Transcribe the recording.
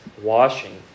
washing